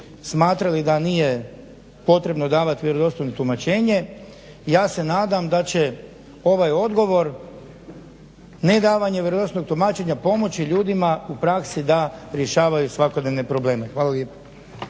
smatrali da potrebno nije davati vjerodostojno tumačenje. Ja se nadam da će ovaj odgovor nedavanje vjerodostojnog tumačenja pomoći ljudima u praksi da rješavaju svakodnevne probleme. Hvala lijepa.